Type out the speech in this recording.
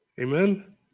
Amen